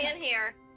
and here.